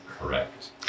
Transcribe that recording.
Correct